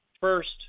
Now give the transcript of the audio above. First